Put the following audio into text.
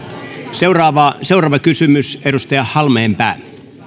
seuraava seuraava kysymys edustaja halmeenpää